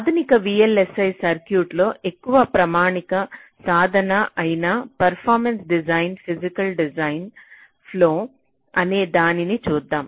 ఆధునిక VLSI సర్క్యూట్లలో ఎక్కువ ప్రామాణిక సాధన అయిన performance driven physical design flow అనే దానిని చూద్దాం